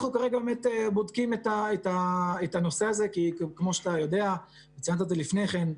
אנחנו בודקים את הנושא הזה כי כמו שאתה יודע וציינת לפני כן,